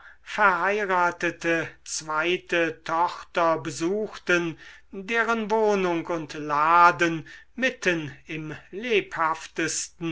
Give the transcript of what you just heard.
verheiratete zweite tochter besuchten deren wohnung und laden mitten im lebhaftesten